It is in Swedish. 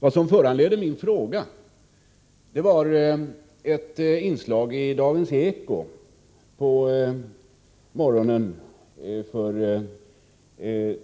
Vad som föranledde min fråga var ett inslag i Dagens Eko